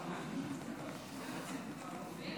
תודה